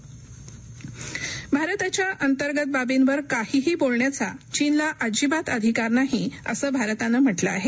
भारत चीन भारताच्या अंतर्गत बाबींवर काहीही बोलण्याचा चीनला अजिबात अधिकार नाही असं भारतानं म्हा कें आहे